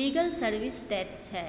legal service दैत छै